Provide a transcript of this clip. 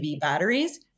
batteries